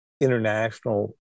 international